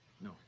no